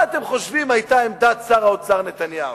מה אתם חושבים שהיתה עמדת שר האוצר נתניהו?